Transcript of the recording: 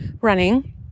running